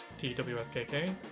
TWSKK